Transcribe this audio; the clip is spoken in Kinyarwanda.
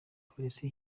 polisi